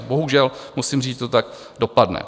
Bohužel musím říct, že to tak dopadne.